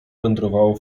wędrowało